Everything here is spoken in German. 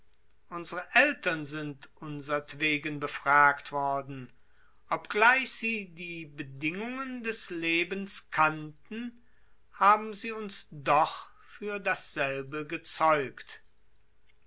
unsre eltern sind unsertwegen befragt worden obgleich sie die bedingungen des lebens kannten haben sie uns doch für dasselbe gezeugt